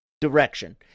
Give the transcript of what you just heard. direction